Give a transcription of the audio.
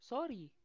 Sorry